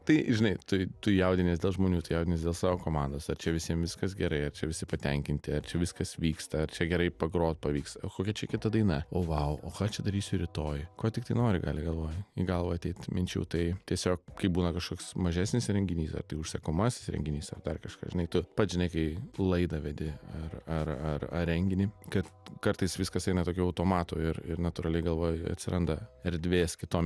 tai žinai tai tu jaudinies dėl žmonių tu jaudinies dėl savo komandos ar čia visiem viskas gerai visi patenkinti ar viskas vyksta ar čia gerai pagrot pavyks o kokia čia kita daina o vau o ką čia darysiu rytoj ko tiktai nori gali galvoj į galvą ateit minčių tai tiesiog būna kažkoks mažesnis renginys ar tai užsakomasis renginys ar dar kažkas žinai tu pats žinai kai laidą vedi ar ar ar ar renginį kad kartais viskas eina tokiu automatu ir ir natūraliai galvoj atsiranda erdvės kitom